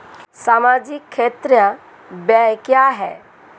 सामाजिक क्षेत्र व्यय क्या है?